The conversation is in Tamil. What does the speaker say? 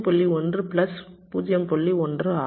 1 ஆகும்